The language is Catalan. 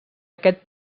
aquest